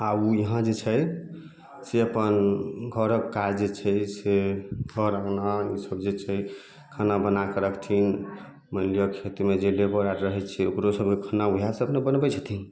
आ ओ यहाँ जे छै से अपन घरक काज जे छै से घर अँगना ईसब जे छै खाना बनाके रखथिन मानि लिअ खेतमे जे लेबर आर रहैत छै ओकरो सबके खाना ओएह सब ने बनबैत छथिन